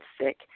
sick